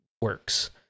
works